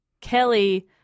Kelly